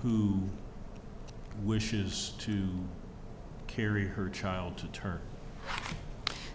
who wishes to carry her child to term